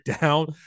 down